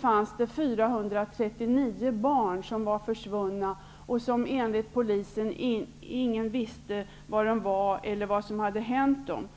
fanns det 439 barn som var rapporterade som för svunna. Enligt polisen visste ingen var de var eller vad som hade hänt dem.